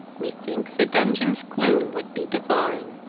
methinks a dungeon's gloom would be divine!